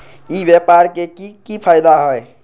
ई व्यापार के की की फायदा है?